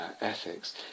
ethics